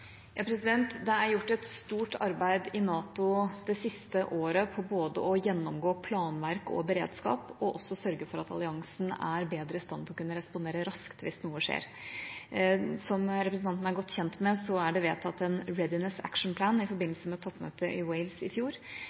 Det er gjort et stort arbeid i NATO det siste året når det gjelder både å gjennomgå planverk og beredskap og også sørge for at alliansen er bedre i stand til å kunne respondere raskt hvis noe skjer. Som representanten er godt kjent med, er det vedtatt en Readiness Action Plan i forbindelse med toppmøtet i Wales i fjor.